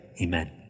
Amen